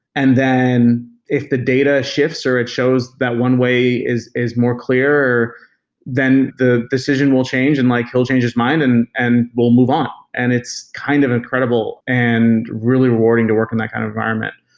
and then if a data shifts or it shows that one way is is more clear or then the decision will change and like he'll change his mind and and will move on, and it's kind of incredible and really rewarding to work in that kind of environment.